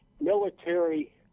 military